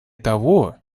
того